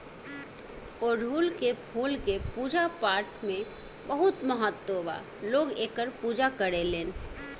अढ़ऊल के फूल के पूजा पाठपाठ में बहुत महत्व बा लोग एकर पूजा करेलेन